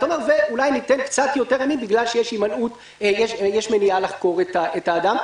אתה אומר: אולי ניתן קצת יותר ימים בגלל שיש מניעה לחקור את האדם.